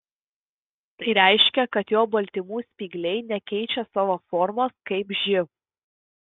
tai reiškia kad jo baltymų spygliai nekeičia savo formos kaip živ